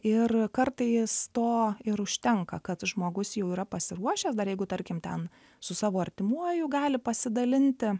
ir kartais to ir užtenka kad žmogus jau yra pasiruošęs dar jeigu tarkim ten su savo artimuoju gali pasidalinti